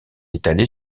étalé